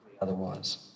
otherwise